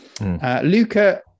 Luca